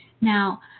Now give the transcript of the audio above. Now